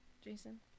Jason